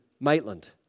Maitland